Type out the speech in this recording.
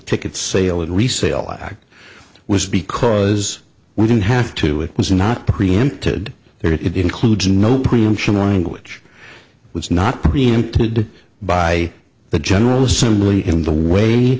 ticket sale and resale act was because we didn't have to it was not preempted there it includes no preemption running which was not preempted by the general assembly in the way